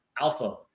alpha